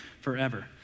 forever